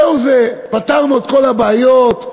זהו זה, פתרנו את כל הבעיות,